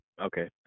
Okay